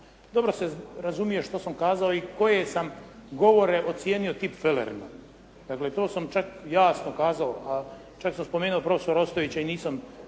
Dobro se razumije što sam kazao i koje sam govore ocijenio tipfelerima. Dakle, to sam čak jasno kazao, a čak sam spomenuo profesora Ostojića i nisam